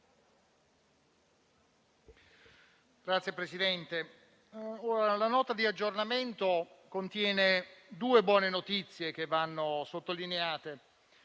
Signor Presidente, la Nota di aggiornamento contiene due buone notizie che vanno sottolineate,